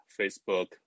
Facebook